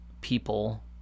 people